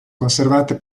conservate